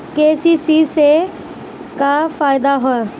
KCC से का फायदा ह?